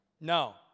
No